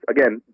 Again